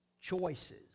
choices